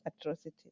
atrocities